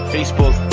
Facebook